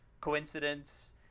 coincidence